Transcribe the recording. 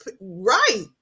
right